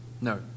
No